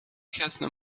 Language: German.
kerzen